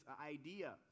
idea